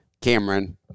Cameron